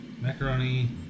macaroni